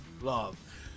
love